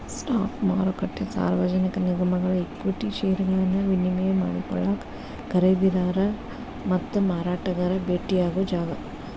stock ಮಾರುಕಟ್ಟೆ ಸಾರ್ವಜನಿಕ ನಿಗಮಗಳ ಈಕ್ವಿಟಿ ಷೇರುಗಳನ್ನ ವಿನಿಮಯ ಮಾಡಿಕೊಳ್ಳಾಕ ಖರೇದಿದಾರ ಮತ್ತ ಮಾರಾಟಗಾರ ಭೆಟ್ಟಿಯಾಗೊ ಜಾಗ